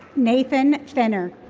nathan fenner.